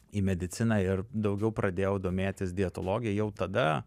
į mediciną ir daugiau pradėjau domėtis dietologija jau tada